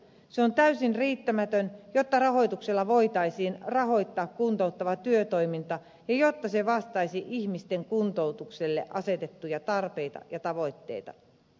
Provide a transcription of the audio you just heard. se on täysin riittämätön jotta rahoituksella voitaisiin rahoittaa kuntouttava työtoiminta ja jotta se vastaisi ihmisten kuntoutukselle asetettuja tarpeita ja tavoitteita